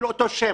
אפילו אותו שם,